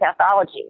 pathology